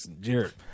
Jared